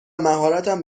مهارتم